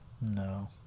No